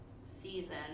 season